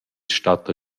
statta